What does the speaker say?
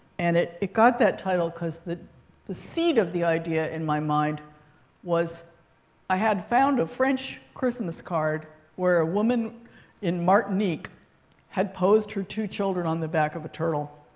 and it it got that title because the the seed of the idea in my mind was i had found a french christmas card where a woman in martinique had posed her two children on the back of a turtle.